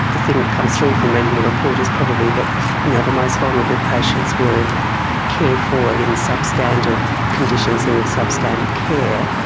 the thing that comes through from reading the report is probably that the most vulnerable patients were cared for in substandard conditions and with substandard care,